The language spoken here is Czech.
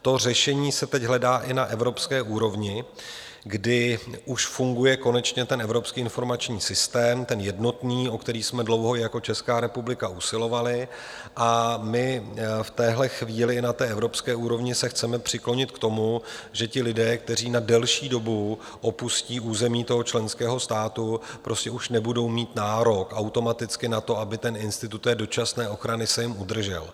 To řešení se teď hledá i na evropské úrovni, kdy už funguje konečně evropský informační systém, ten jednotný, o který jsme dlouho i jako Česká republika usilovali, a my v téhle chvíli na evropské úrovni se chceme přiklonit k tomu, že ti lidé, kteří na delší dobu opustí území toho členského státu, prostě už nebudou mít nárok automaticky na to, aby institut dočasné ochrany se jim udržel.